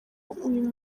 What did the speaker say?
uyu